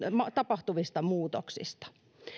tapahtuvista muutoksista